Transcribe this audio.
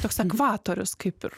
toks ekvatorius kaip ir